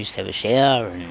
have a shower